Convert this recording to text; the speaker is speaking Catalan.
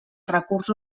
recurs